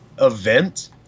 event